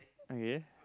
okay